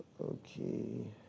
Okay